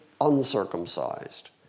uncircumcised